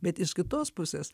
bet iš kitos pusės